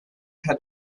had